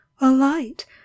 Alight